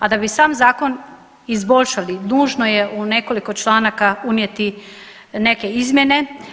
A da bi sam zakon izboljšali, dužno je u nekoliko članaka unijeti neke izmjene.